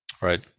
Right